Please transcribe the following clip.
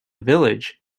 village